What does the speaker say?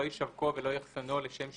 לא ישווקו ולא יאחסנו לשם שיווקו,